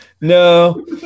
no